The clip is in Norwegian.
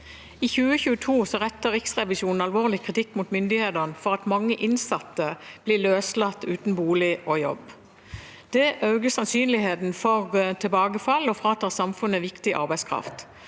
I 2022 rettet Riksrevisjonen alvorlig kritikk mot myndighetene for at for mange innsatte blir løslatt uten bolig og jobb. Det øker sannsynligheten for tilbakefall og fratar samfunnet viktig arbeidskraft.